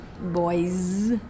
Boys